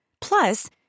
Plus